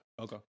Okay